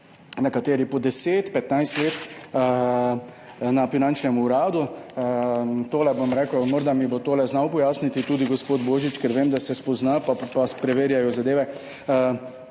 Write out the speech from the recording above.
nekateri po 10, 15 let, tole bom rekel, morda mi bo to znal pojasniti tudi gospod Božič, ker vem, da se spozna in da preverjajo zadeve.